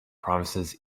provinces